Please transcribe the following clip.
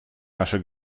наши